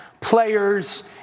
players